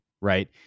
right